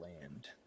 land